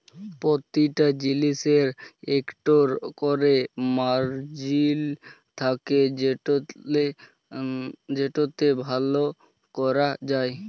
পরতিটা জিলিসের ইকট ক্যরে মারজিল থ্যাকে যেটতে লাভ ক্যরা যায়